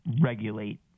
regulate